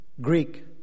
Greek